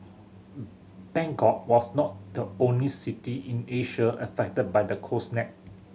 Bangkok was not the only city in Asia affected by the cold snap